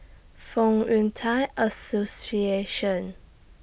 Fong Yun Thai Association